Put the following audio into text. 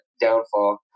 downfall